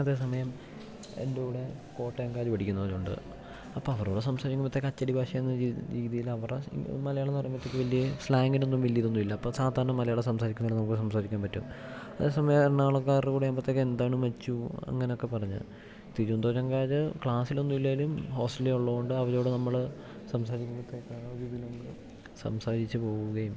അതേ സമയം എൻ്റെ കൂടെ കോട്ടയംകാര് പഠിക്കുന്നവരുണ്ട് അപ്പം അവരോട് സംസാരിക്കുമ്പത്തേക്ക് അച്ചടി ഭാഷയാണ് എന്ന രീതിയില് അവരുടെ മലയാളം എന്ന് പറയുമ്പത്തേക്ക് വലിയ സ്ലാങ്ങിനൊന്നും വലിയ ഇതൊന്നും ഇല്ല അപ്പം സാധാരണ മലയാളം സംസാരിക്കുന്നതിനും നമുക്ക് സംസാരിക്കാൻ പറ്റും അതേ സമയം എറണാകുളംകാരുടെ കൂടെ ആകുമ്പത്തേന് എന്താണ് മെച്ചു അങ്ങനൊക്കെ പറഞ്ഞ് തിരുവനന്തപുരംകാർ ക്ലാസിലൊന്നും ഇല്ലേലും ഹോസ്റ്റലിൽ ഉള്ളത് കൊണ്ട് അവരോട് നമ്മള് സംസാരിക്കുമ്പത്തേ രീതിക്ക് സംസാരിച്ച് പോവുകയും